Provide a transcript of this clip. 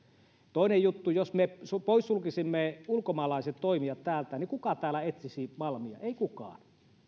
toinen juttu jos me poissulkisimme ulkomaalaiset toimijat täältä niin kuka täällä etsisi malmia ei kukaan